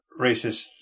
racist